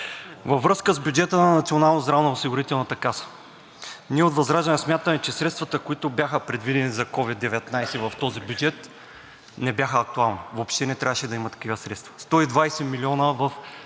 Във връзка с бюджета на Националната здравноосигурителната каса ние от ВЪЗРАЖДАНЕ смятаме, че средствата, които бяха предвидени за COVID-19 в този бюджет, не бяха актуални, въобще не трябваше да има такива средства. 120 милиона в